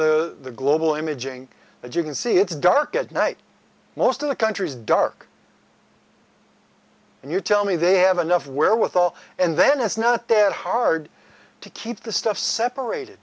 the global imaging that you can see it's dark at night most of the country is dark and you tell me they have enough where with all and then it's not that hard to keep the stuff separated